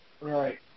Right